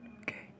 Okay